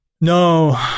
No